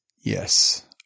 Yes